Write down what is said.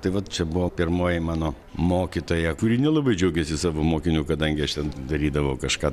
tai vat čia buvo pirmoji mano mokytoja kuri nelabai džiaugėsi savo mokiniu kadangi aš ten darydavau kažką